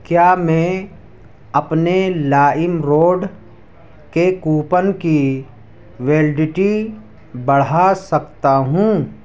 کیا میں اپنے لائم روڈ کے کوپن کی ویلڈٹی بڑھا سکتا ہوں